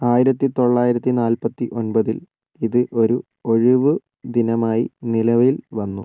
ആയിരത്തി തൊള്ളായിരത്തി നാൽപത്തി ഒൻപതിൽ ഇത് ഒരു ഒഴിവ് ദിനമായി നിലവില് വന്നു